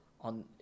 on